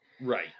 Right